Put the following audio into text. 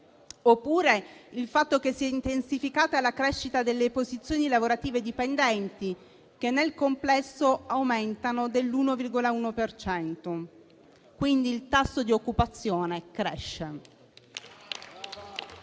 Oppure il fatto che si è intensificata la crescita delle posizioni lavorative dipendenti, che nel complesso aumentano del 1,1 per cento; quindi il tasso di occupazione cresce.